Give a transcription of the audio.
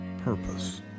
Purpose